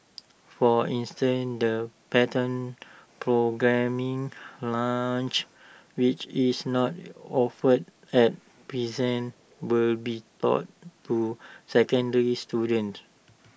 for instance the pattern programming lunch which is not offered at present will be taught to secondary students